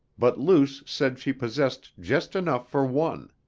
but luce said she possessed just enough for one.